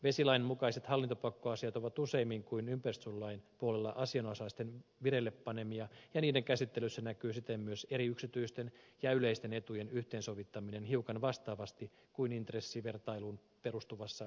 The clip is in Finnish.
vesilain mukaiset hallintopakkoasiat ovat useammin kuin ympäristönsuojelulain puolella asianosaisten vireille panemia ja niiden käsittelyssä näkyy siten myös eri yksityisten ja yleisten etujen yhteensovittaminen hiukan vastaavasti kuin intressivertailuun perustuvassa lupaharkinnassa